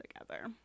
together